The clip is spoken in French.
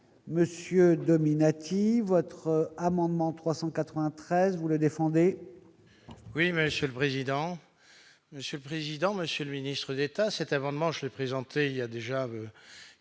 monsieur Dominati votre amendement 393 vous le défendez. Oui, monsieur le président, Monsieur le président, Monsieur le Ministre d'État avant dimanche le présenté il y a déjà